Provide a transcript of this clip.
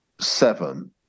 seven